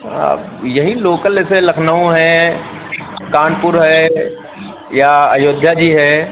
अब यही लोकल जैसे लखनऊ है कानपुर है या अयोध्या जी है